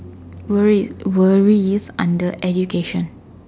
worry worry is under education